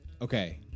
Okay